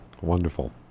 Wonderful